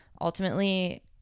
ultimately